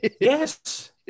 Yes